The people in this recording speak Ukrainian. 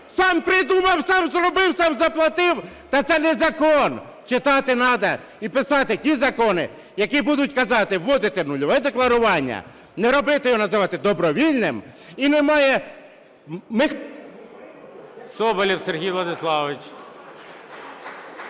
сам придумав, сам зробив, сам заплатив? Та це не закон. Читати треба і писати ті закони, які будуть казати: вводите нульове декларування, не робити його називати добровільним,